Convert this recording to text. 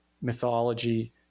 mythology